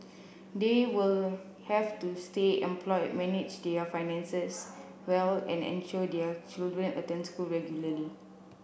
they will have to stay employed manage their finances well and ensure their children attend school regularly